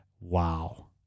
wow